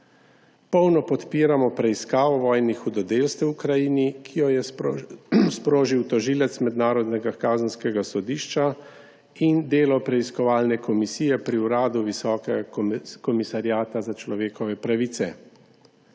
Polno podpiramo preiskavo vojnih hudodelstev v Ukrajini, ki jo je sprožil tožilec Mednarodnega kazenskega sodišča, in delo preiskovalne komisije pri Uradu visokega komisarja za človekove pravice.